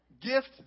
gift